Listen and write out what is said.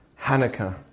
Hanukkah